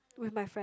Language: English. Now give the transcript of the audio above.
with my friend